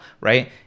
right